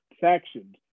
Factions